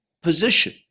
Position